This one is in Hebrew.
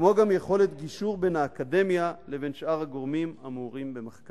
כמו גם יכולת גישור בין האקדמיה לבין שאר הגורמים המעורים במחקר.